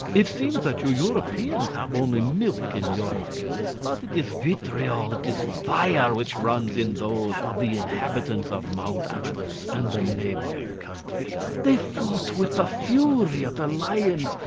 it seems that you europeans have only milk in your veins but it is vitriol, it is fire which runs in those of the inhabitants of mount atlas and the neighbouring countries. they fought with the fury of the lions,